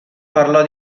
parlò